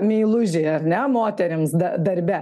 meilužiai ar ne moterims darbe